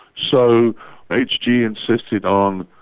so hg insisted on,